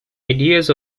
ideas